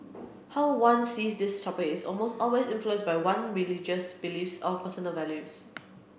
how one sees these topics is almost always influenced by one religious beliefs or personal values